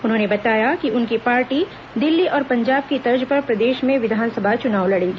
उन्होंने बताया कि उनकी पार्टी दिल्ली और पंजाब की तर्ज पर प्रदेश में विधानसभा चुनाव लड़ेगी